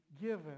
given